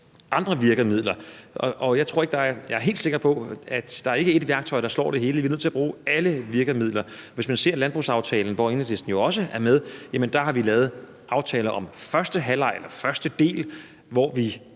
andre virkemidler. Jeg er helt sikker på, at der ikke er ét værktøj, der klarer det hele. Vi er nødt til at bruge alle virkemidler. Hvis man ser på landbrugsaftalen, hvor Enhedslisten jo også er med, har vi lavet aftaler om første halvleg eller første del, hvor vi